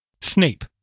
Snape